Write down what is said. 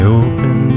open